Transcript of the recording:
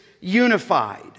unified